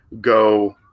go